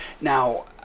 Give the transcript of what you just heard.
Now